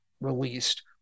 released